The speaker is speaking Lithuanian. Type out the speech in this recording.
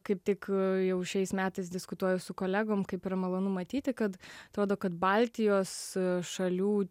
kaip tik jau šiais metais diskutuoju su kolegom kaip yra malonu matyti kad atrodo kad baltijos šalių